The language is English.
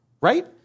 right